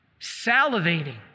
Salivating